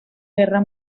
guerra